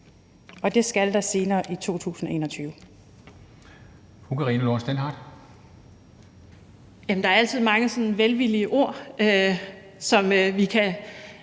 og det skal der senere i 2021.